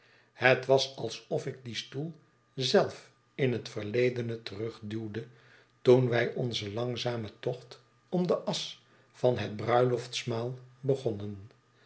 het was alsof ik dien stoel zelf in het verledene terugduwde toen wij onzen langzamen tocht om de asch van het bruiloftsmaal begonnen